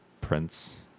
Prince